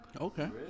Okay